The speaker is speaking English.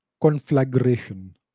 conflagration